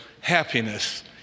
happiness